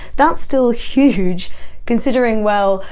that's still huge considering, well,